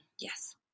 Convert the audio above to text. Yes